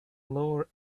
lower